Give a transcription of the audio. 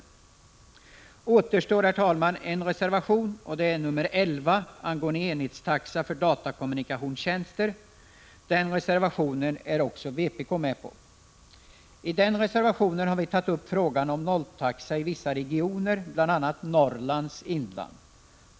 Därmed återstår, herr talman, en reservation, nr 11, angående enhetstaxa för datakommunikationstjänster. Den reservationen är också vpk med på. I den reservationen har vi tagit upp frågan om nolltaxa i vissa regioner, bl.a. Norrlands inland.